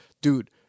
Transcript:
dude